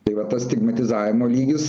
tai va tas stigmatizavimo lygis